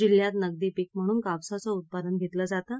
जिल्ह्यात नगदी पीक म्हणून कापसाचे उत्पादन घेतले जाते